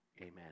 Amen